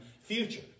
future